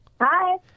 Hi